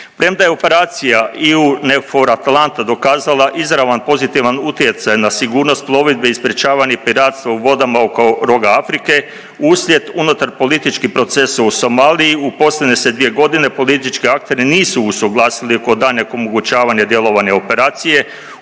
Premda je operacija EUNAVFOR–ATALANTA dokazala izravan pozitivan utjecaj na sigurnost plovidbe i sprečavanje piratstva u vodama oko roga Afrike uslijed unutar političkih procesa u Somaliji i posljednje se dvije godine politički akteri nisu usuglasili oko daljnjeg omogućavanja djelovanja operaciji